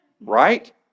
right